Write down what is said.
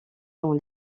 dans